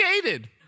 created